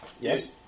Yes